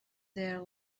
their